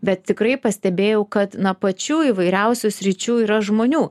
bet tikrai pastebėjau kad na pačių įvairiausių sričių yra žmonių